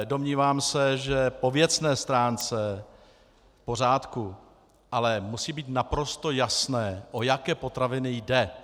Domnívám se, že po věcné stránce v pořádku, ale musí být naprosto jasné, o jaké potraviny jde.